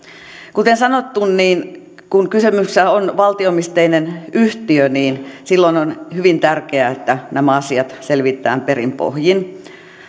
kuten sanottu kun kysymyksessä on valtio omisteinen yhtiö niin silloin on hyvin tärkeää että nämä asiat selvitetään perin pohjin